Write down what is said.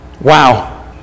Wow